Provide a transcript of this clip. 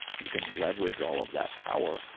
you can leverage all of that power.